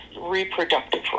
reproductive